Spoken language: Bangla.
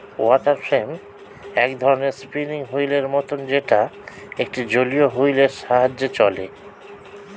ওয়াটার ফ্রেম এক ধরণের স্পিনিং হুইল এর মতন যেটা একটা জলীয় হুইল এর সাহায্যে চলে